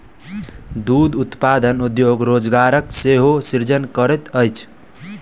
दूध उत्पादन उद्योग रोजगारक सेहो सृजन करैत अछि